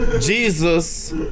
Jesus